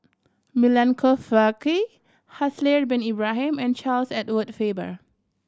Milenko Prvacki Haslir Bin Ibrahim and Charles Edward Faber